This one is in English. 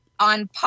On